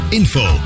info